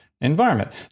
environment